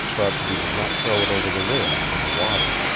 but he did not throw it over the rail into the water.